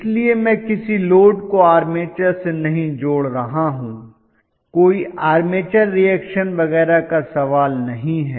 इसलिए मैं किसी लोड को आर्मेचर से नहीं जोड़ रहा हूं कोई आर्मेचर रिएक्शन वगैरह का सवाल नहीं है